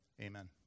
Amen